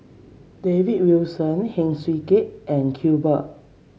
David Wilson Heng Swee Keat and Iqbal